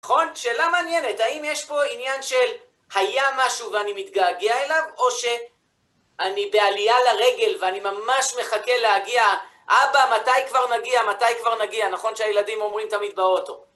נכון? שאלה מעניינת? האם יש פה עניין של היה משהו ואני מתגעגע אליו, או שאני בעלייה לרגל ואני ממש מחכה להגיע. אבא, מתי כבר נגיע? מתי כבר נגיע? נכון שהילדים אומרים תמיד באוטו.